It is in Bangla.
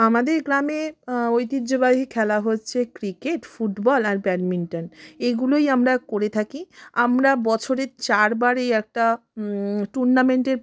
আমাদের গ্রামে ঐতিহ্যবাহী খেলা হচ্ছে ক্রিকেট ফুটবল আর ব্যাডমিন্টন এগুলোই আমরা করে থাকি আমরা বছরে চারবার এই একটা টুর্নামেন্টের